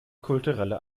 kulturelle